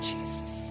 Jesus